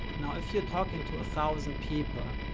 now, if you're talking to a thousand people,